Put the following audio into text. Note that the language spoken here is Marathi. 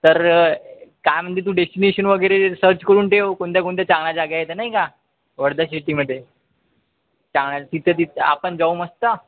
तर काय म्हणजे तू डेस्टिनेशन वगैरे सर्च करून ठेव कोणत्या कोणत्या चांगल्या जागा आहेत नाही का वर्धा शिटीमध्ये चांगल्या तिथं तिथं आपण जाऊ मस्त